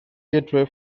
gateway